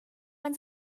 man